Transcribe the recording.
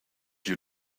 you